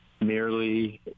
merely